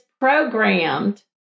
programmed